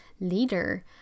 leader